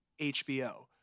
HBO